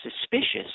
suspicious